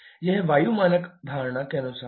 यह वायु मानक धारणा के अनुसार है